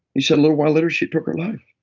he said, a little while later, she took her life.